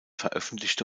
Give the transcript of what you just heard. veröffentlichte